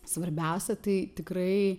svarbiausia tai tikrai